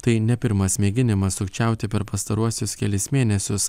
tai ne pirmas mėginimas sukčiauti per pastaruosius kelis mėnesius